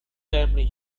family